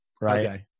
right